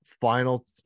Final